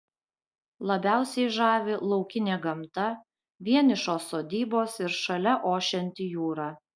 labiausiai žavi laukinė gamta vienišos sodybos ir šalia ošianti jūra